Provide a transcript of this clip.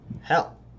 hell